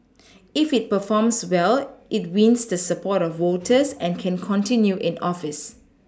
if it performs well it wins the support of voters and can continue in office